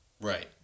right